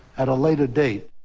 at a later date.